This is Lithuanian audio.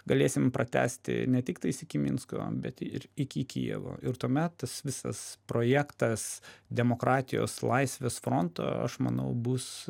galėsim pratęsti ne tik tais iki minsko bet ir iki kijevo ir tuomet tas visas projektas demokratijos laisvės fronto aš manau bus